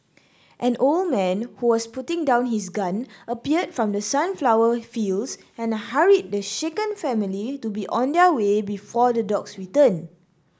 an old man who was putting down his gun appeared from the sunflower fields and hurried the shaken family to be on their way before the dogs return